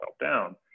down